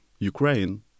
Ukraine